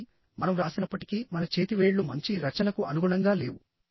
కాబట్టి మనం వ్రాసినప్పటికీ మన చేతివేళ్లు మంచి రచనకు అనుగుణంగా లేవు